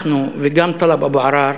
אנחנו, וגם טלב אבו עראר,